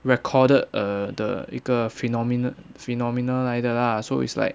recorded uh 的一个 phenomena phenomena 来的 lah so it's like